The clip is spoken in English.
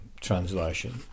translation